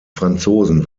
franzosen